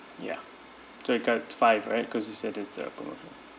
ya so we get five right cause you said that's the promotion